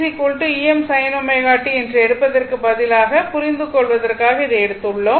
e Em sin ω t என்று எடுப்பதற்கு பதிலாக புரிந்து கொள்வதற்காக இதை எடுத்துள்ளோம்